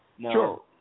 Sure